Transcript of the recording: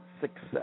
success